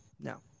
no